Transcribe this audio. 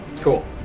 Cool